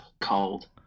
cold